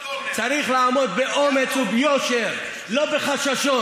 צריך לעמוד באומץ וביושר, לא בחששות.